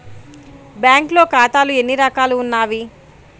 బ్యాంక్లో ఖాతాలు ఎన్ని రకాలు ఉన్నావి?